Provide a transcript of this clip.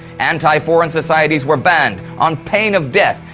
anti-foreign societies were banned on pain of death,